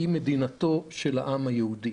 היא מדינתו של העם היהודי.